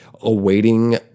awaiting